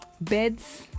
beds